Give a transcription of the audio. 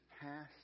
past